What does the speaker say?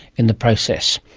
in the process.